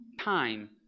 time